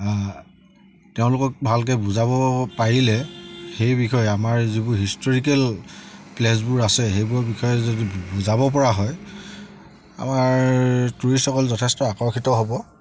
তেওঁলোকক ভালকৈ বুজাব পাৰিলে সেই বিষয়ে আমাৰ যিবোৰ হিষ্টৰিকেল প্লেচবোৰ আছে সেইবোৰৰ বিষয়ে যদি বুজাব পৰা হয় আমাৰ টুৰিষ্টসকল যথেষ্ট আকৰ্ষিত হ'ব